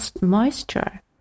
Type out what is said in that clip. moisture